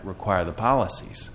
require the policies